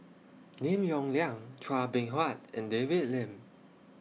Lim Yong Liang Chua Beng Huat and David Lim